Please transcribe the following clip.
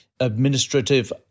administrative